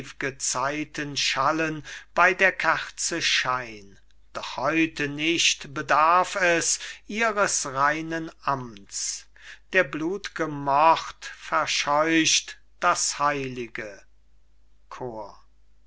zeiten schallen bei der kerze schein doch heute nicht bedarf es ihres reinen amts der blut'ge mord verscheucht das heilige chor